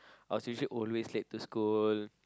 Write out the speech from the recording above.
I was usually always late to school